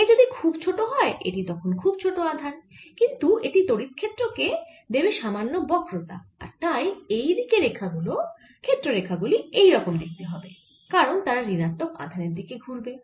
k যদি খুব ছোট হয় এটি তখন খুব ছোট আধান কিন্তু এটি তড়িৎ ক্ষেত্র কে দেবে সামান্য বক্রতা আর তাই এইদিকে ক্ষেত্র রেখা এই রকম দেখতে হবে কারণ তারা ঋণাত্মক আধানের দিকে ঘুরবে